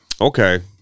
Okay